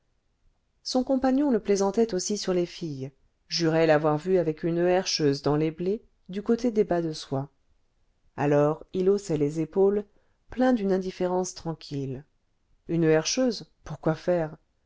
son compagnon le plaisantait aussi sur les filles jurait l'avoir vu avec une herscheuse dans les blés du côté des bas de soie alors il haussait les épaules plein d'une indifférence tranquille une herscheuse pour quoi faire